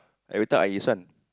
they will thought I is one